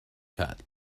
cut